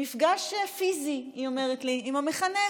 מפגש פיזי, היא אומרת לי, עם המחנך.